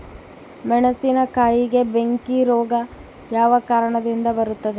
ಮೆಣಸಿನಕಾಯಿಗೆ ಬೆಂಕಿ ರೋಗ ಯಾವ ಕಾರಣದಿಂದ ಬರುತ್ತದೆ?